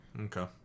Okay